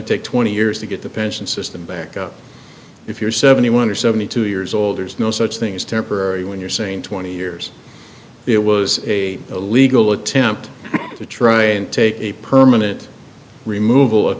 to take twenty years to get the pension system back up if you're seventy one or seventy two years old there's no such thing as temporary when you're saying twenty years it was a legal attempt to try and take a permanent remov